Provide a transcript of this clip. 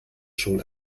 schon